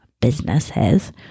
businesses